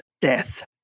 death